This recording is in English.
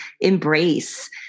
embrace